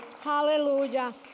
Hallelujah